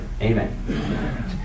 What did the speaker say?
Amen